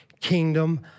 kingdom